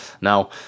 Now